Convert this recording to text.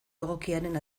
egokiaren